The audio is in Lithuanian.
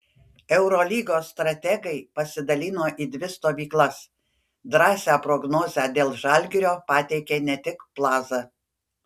eurolygos strategai pasidalino į dvi stovyklas drąsią prognozę dėl žalgirio pateikė ne tik plaza